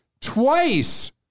twice